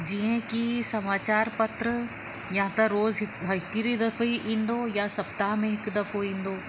जीअं की समाचार पत्र या त रोज़ु हिक हिकिड़ी दफ़े ईंदो या सप्ताह में हिकु दफ़ो ईंदो